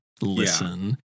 listen